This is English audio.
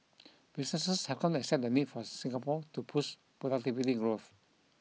businesses have come to accept the need for Singapore to push productivity growth